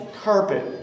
carpet